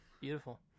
beautiful